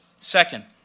Second